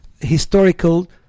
historical